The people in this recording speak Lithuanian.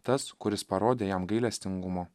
tas kuris parodė jam gailestingumo